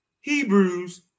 Hebrews